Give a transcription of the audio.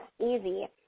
easy